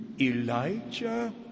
Elijah